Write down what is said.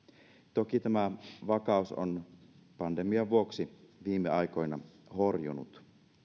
toki tämä vakaus on pandemian vuoksi viime aikoina horjunut